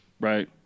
right